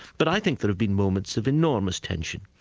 but i think there have been moments of enormous tension,